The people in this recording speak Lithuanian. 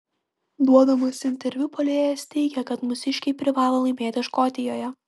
duodamas interviu puolėjas teigė kad mūsiškiai privalo laimėti škotijoje